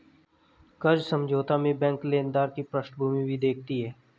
कर्ज समझौता में बैंक लेनदार की पृष्ठभूमि भी देखती है